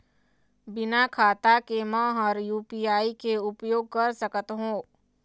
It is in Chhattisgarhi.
बिना खाता के म हर यू.पी.आई के उपयोग कर सकत हो?